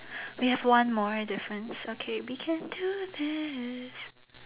we have one more difference okay we can do this